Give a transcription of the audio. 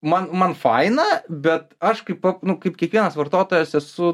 man man faina bet aš kaip nu kaip kiekvienas vartotojas esu